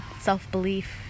Self-belief